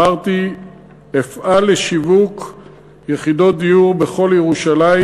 אמרתי שאפעל לשיווק יחידות דיור בכל ירושלים,